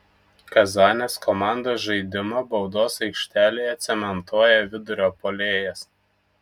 kazanės komandos žaidimą baudos aikštelėje cementuoja vidurio puolėjas